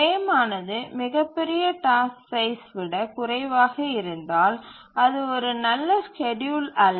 frame ஆனது மிகப்பெரிய task size விடக் குறைவாக இருந்தால் அது ஒரு நல்ல ஸ்கேட்யூல் அல்ல